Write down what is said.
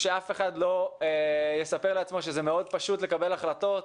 שאף אחד לא יספר לעצמו שפשוט מאוד לקבל החלטות.